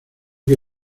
que